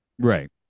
right